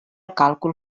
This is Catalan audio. càlcul